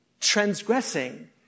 transgressing